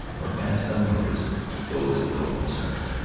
or passed unnoticed those of no concern,